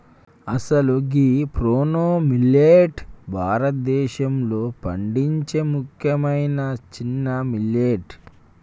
అసలు గీ proso millet భారతదేశంలో పండించే ముఖ్యమైన సిన్న మిల్లెట్